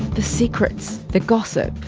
the secrets. the gossip.